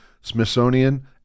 Smithsonian